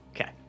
Okay